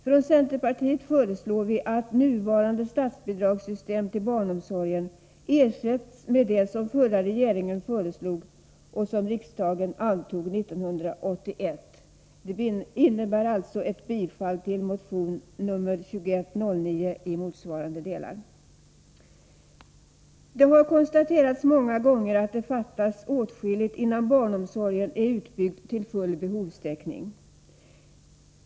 Från centerpartiet föreslår vi att nuvarande system för statsbidrag till barnomsorgen ersätts med det system som den förra regeringen föreslog och som riksdagen antog 1981. Det innebär alltså'ett bifall till motion 2109 i motsvarande delar. Det har många gånger konstaterats att det fattas åtskilligt innan barnomsorgen är utbyggd till full behovstäckning.